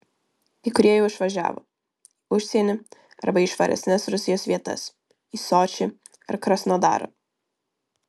kai kurie jau išvažiavo į užsienį arba į švaresnes rusijos vietas į sočį ar krasnodarą